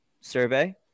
survey